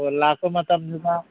ꯑꯣ ꯂꯥꯛꯄ ꯃꯇꯝꯗꯨꯅ